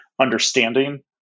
understanding